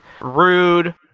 rude